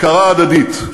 הכרה הדדית.